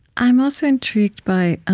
i'm also intrigued by ah